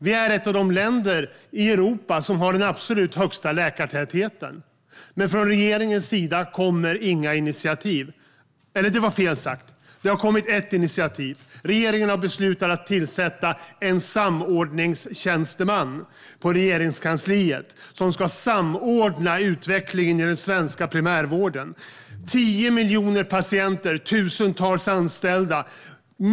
Vi är ett av de länder i Europa som har den absolut högsta läkartätheten. Men från regeringens sida kommer det inga initiativ. Nej, det var fel sagt. Det har kommit ett initiativ från regeringen. Man har beslutat att tillsätta en samordningstjänsteman på Regeringskansliet som ska samordna utvecklingen i den svenska primärvården. Det finns 10 miljoner patienter och tusentals anställda.